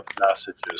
messages